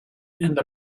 end